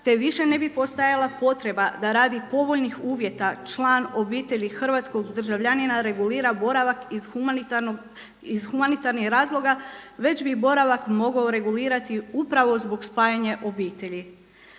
te više ne bi postojala potreba da radi povoljnih uvjeta član obitelji hrvatskog državljanina regulira boravak iz humanitarnih razloga već bi boravak mogao regulirati upravo zbog spajanja obitelji.